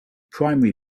primary